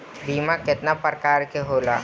बीमा केतना प्रकार के होला?